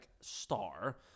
star